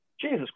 Jesus